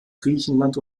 griechenland